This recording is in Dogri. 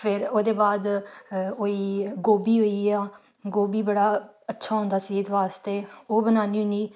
फिर ओह्दे बाद होई गोभी होई गेआ गोभी बड़ा अच्छा होंदा सेह्त वास्ते ओह् बन्नानी होन्नी